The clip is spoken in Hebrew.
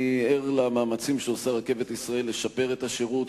אני ער למאמצים שעושה רכבת ישראל לשפר את השירות,